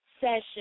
session